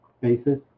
basis